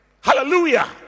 Hallelujah